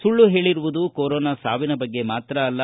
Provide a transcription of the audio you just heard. ಸುಳ್ಳು ಹೇಳರುವುದು ಕೊರೊನಾ ಸಾವಿನ ಬಗ್ಗೆ ಮಾತ್ರ ಅಲ್ಲ